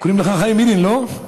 קוראים לך חיים ילין, לא?